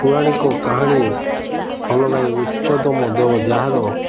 ପୌରାଣିକ କାହାଣୀ ଅଲଗା ଏ ଉଚ୍ଚତମ ଦେବ ଯାହାର